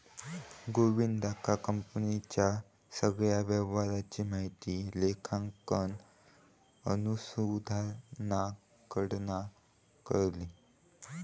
गोविंदका कंपनीच्या सगळ्या व्यवहाराची माहिती लेखांकन अनुसंधानाकडना कळली